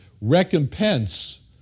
recompense